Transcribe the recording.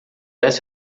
essa